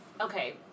okay